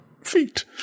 feet